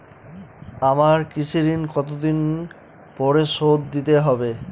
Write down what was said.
আমার কৃষিঋণ কতদিন পরে শোধ দিতে হবে?